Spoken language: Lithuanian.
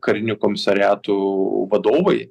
karinių komisariatų vadovai